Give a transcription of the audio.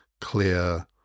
clear